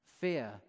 Fear